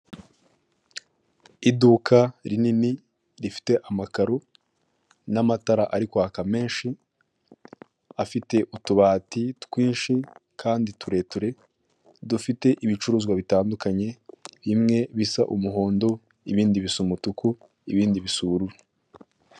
Iduka rinini rifite amakaro n'amatara ari kwaka menshi, afite utubati twinshi kandi tureture, dufite ibicuruzwa bitandukanye, bimwe bisa umuhondo, ibindi bisa umutuku, ibindi bisa ubururu.